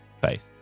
face